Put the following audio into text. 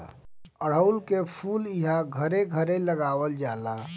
अढ़उल के फूल इहां घरे घरे लगावल जाला